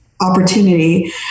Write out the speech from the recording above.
opportunity